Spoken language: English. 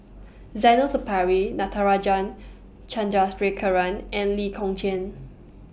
Zainal Sapari Natarajan and Lee Kong Chian